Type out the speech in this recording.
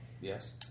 Yes